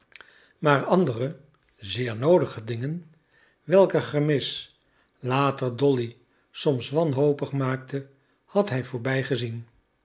maar andere zeer noodige dingen welker gemis later dolly soms wanhopig maakte had hij voorbij gezien